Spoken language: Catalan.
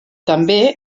també